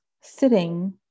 sitting